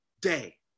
day